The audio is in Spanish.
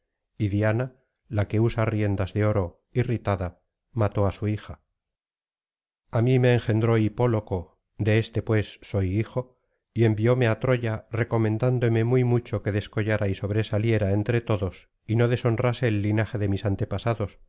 y diana la que usa riendas de oro irritada mató á su hija a mí me engendro hipóloco de éste pues soy hijo y envióme á troya recomendándome muy mucho que descollara y sobresaliera entre todos y no deshonrase el linaje de mis antepasados